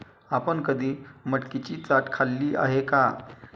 आपण कधी मटकीची चाट खाल्ली आहे का?